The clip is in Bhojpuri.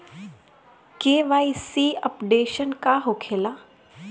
के.वाइ.सी अपडेशन का होखेला?